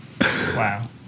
wow